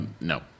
no